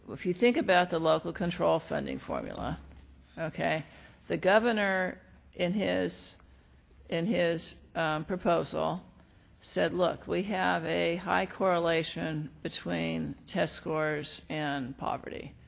if you think about the local control funding formula okay the governor in his in his proposal said, look, we have a high correlation between test scores and poverty,